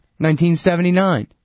1979